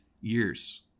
years